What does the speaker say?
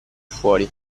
fuori